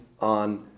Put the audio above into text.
on